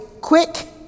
quick